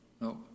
No